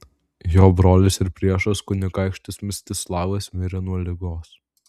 jo brolis ir priešas kunigaikštis mstislavas mirė nuo ligos